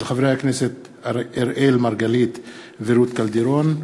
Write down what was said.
הצעתם של חברי הכנסת אראל מרגלית ורות קלדרון.